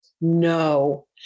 no